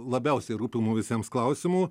labiausiai rūpimų visiems klausimų